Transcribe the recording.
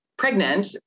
pregnant